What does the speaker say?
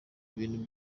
ibintu